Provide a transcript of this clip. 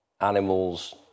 Animals